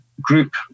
group